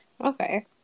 Okay